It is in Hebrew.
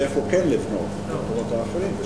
ואיפה כן לבנות: במקומות האחרים,